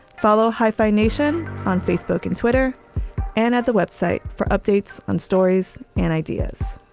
follow hyphenation on facebook and twitter and at the web site for updates on stories and ideas